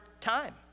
time